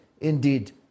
indeed